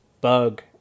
bug